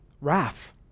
wrath